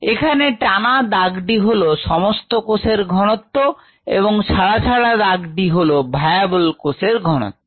এখানে টানা দাগটি হলো সমস্ত কোষের ঘনত্ব এবং ছাড়া ছাড়া দাগটি হলো ভায়াবল কোষের ঘনত্ব